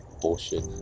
Bullshit